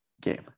game